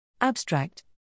Abstract